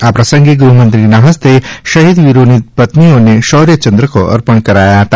આ પ્રસંગે ગૃહમંત્રીના હસ્તે શહીદ વીરોની પત્નીઓને શૌર્ય ચંદ્રકો અર્પણ કરાયા હતા